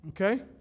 Okay